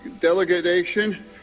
delegation